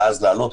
ואז להעלות,